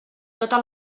tota